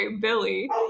Billy